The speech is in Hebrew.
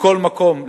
לכל מקום,